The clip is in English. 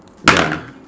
ya